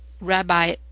Rabbi